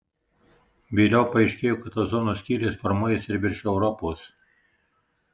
vėliau paaiškėjo kad ozono skylės formuojasi ir virš europos